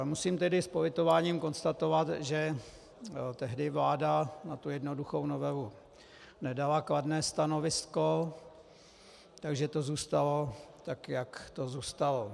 Musím tedy s politováním konstatovat, že tehdy vláda na tu jednoduchou novelu nedala kladné stanovisko, takže to zůstalo tak, jak to zůstalo.